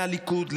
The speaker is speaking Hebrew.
מהליכוד,